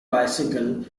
bicycle